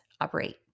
operate